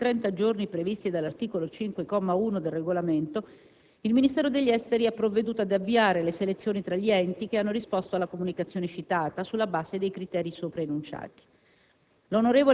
Trascorsi i 30 giorni previsti dall'articolo 5, comma 1, del regolamento, il Ministero degli affari esteri ha provveduto ad avviare le selezioni tra gli enti che hanno risposto alla comunicazione citata, sulla base dei criteri sopra enunciati.